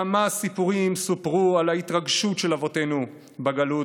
כמה סיפורים סופרו על ההתרגשות של אבותינו בגלות